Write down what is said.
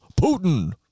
Putin